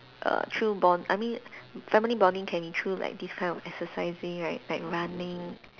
err through bond I mean family bonding can be through like this kind of exercising right like running